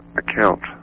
account